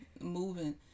moving